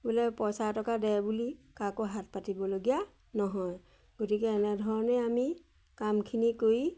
বোলে পইচা এটকা দে বুলি কাকো হাত পাতিবলগীয়া নহয় গতিকে এনেধৰণে আমি কামখিনি কৰি